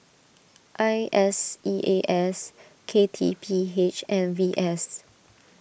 I S E A S K T P H and V S